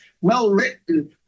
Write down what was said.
well-written